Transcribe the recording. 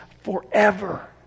forever